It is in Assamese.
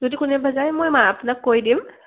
যদি কোনোবা যায় মই মা আপোনাক কৈ দিম